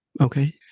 Okay